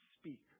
speak